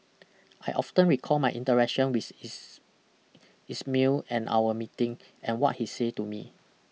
I often recall my interaction with is Ismail and our meeting and what he say to me